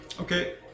Okay